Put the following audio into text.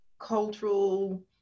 cultural